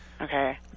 Okay